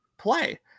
play